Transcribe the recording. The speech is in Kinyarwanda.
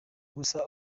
gusa